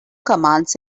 commands